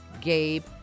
Gabe